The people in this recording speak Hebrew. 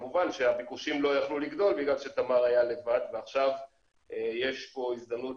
כמובן שהביקושים לא יכלו לגדול בגלל שתמר היה לבד ועכשיו יש פה הזדמנות